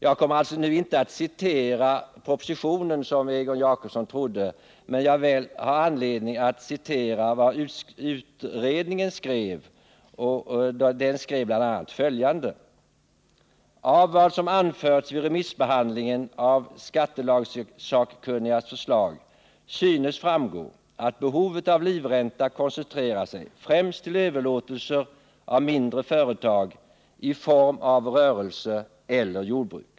Jag kommer alltså nu inte att citera propositionen, som Egon Jacobsson trodde, men jag har anledning att citera en del av vad utredningen skrev: ”Av vad som anförts vid remissbehandlingen av skattelagsakkunnigas förslag synes framgå, att behovet av livränta koncentrerar sig främst till överlåtelser av mindre företag i form av rörelse eller jordbruk.